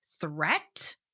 threat